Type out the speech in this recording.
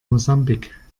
mosambik